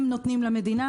הם נותנים למדינה,